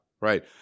right